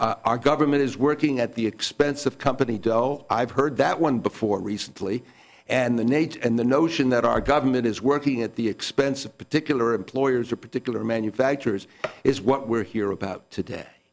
government our government is working at the expense of company doe i've heard that one before recently and the nate and the notion that our government is working at the expense of particular employers or particular manufacturers is what we're here about today